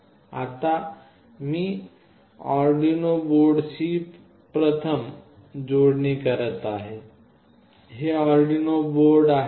आता मी आर्डिनो बोर्डाशी प्रथम जोडणी करत आहे हे अर्डिनो युनो बोर्ड आहे